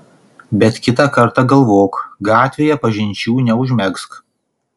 bet kitą kartą galvok gatvėje pažinčių neužmegzk